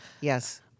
Yes